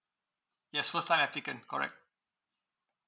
yes first time applicant correct